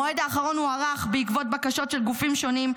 המועד האחרון הוארך בעקבות בקשות של גופים שונים,